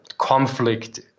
conflict